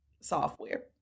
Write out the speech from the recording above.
software